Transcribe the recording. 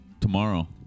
tomorrow